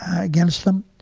against them.